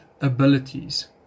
abilities